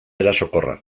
erasokorra